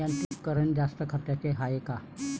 यांत्रिकीकरण जास्त खर्चाचं हाये का?